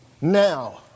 Now